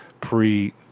pre